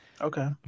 Okay